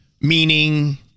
Meaning